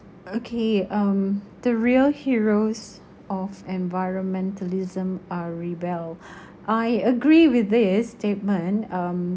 okay um the real heroes of environmentalism are rebel I agree with this statement um